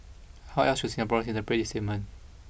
how else should Singaporeans interpret this statement